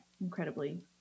incredibly